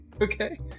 okay